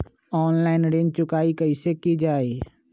Online ऋण चुकाई कईसे की ञाई?